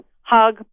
hug